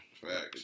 Facts